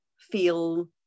feel